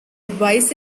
advice